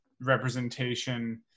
representation